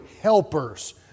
helpers